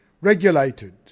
regulated